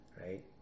right